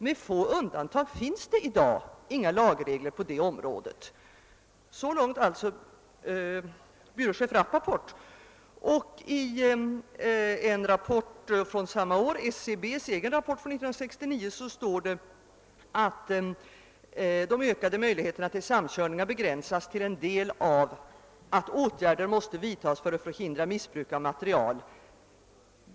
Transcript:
Med få undantag finns det i dag inga lagregler på detta område.» Så långt byråchef Rapaport. I SCB:s rapport från 1969 står: »De ökade möjligheterna till samkörningar begränsas till en del av att åtgärder måste vidtas för att förhindra missbruk av material.